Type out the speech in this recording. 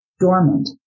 dormant